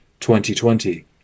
2020